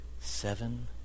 Seven